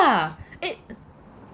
eh